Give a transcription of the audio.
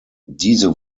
diese